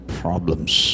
problems